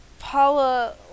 paula